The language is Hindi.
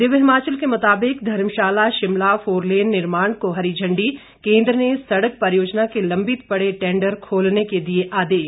दिव्य हिमाचल के मुताबिक धर्मशाला शिमला फोरलेन के निर्माण को हरी झंडी केन्द्र ने सड़क परियोजना के लम्बित पड़े टेंडर खोलने के दिये आदेश